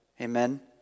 Amen